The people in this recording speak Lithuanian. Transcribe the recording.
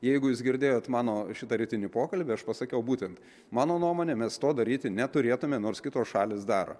jeigu jūs girdėjot mano šitą rytinį pokalbį aš pasakiau būtent mano nuomone mes to daryti neturėtume nors kitos šalys daro